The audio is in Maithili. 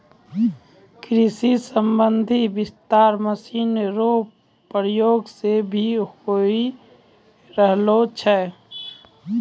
कृषि संबंधी विस्तार मशीन रो प्रयोग से भी होय रहलो छै